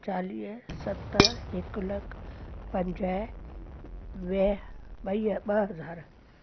चालीह सत हिकु लखु पंजा्हु वीह ॿई ॿ हज़ार